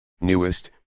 newest